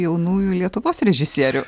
jaunųjų lietuvos režisierių